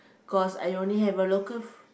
cause I only have a local